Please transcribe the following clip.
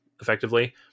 effectively